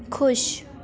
ਖੁਸ਼